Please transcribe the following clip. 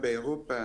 אם חוזרים לאירופה,